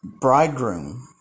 bridegroom